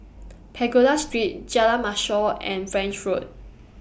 Pagoda Street Jalan Mashor and French Road